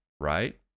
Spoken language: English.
right